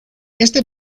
este